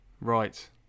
Right